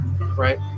Right